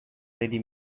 lady